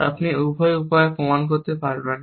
আপনি উভয় উপায়ে প্রমাণ করতে পারবেন না